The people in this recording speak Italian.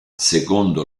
secondo